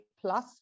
plus